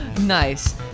Nice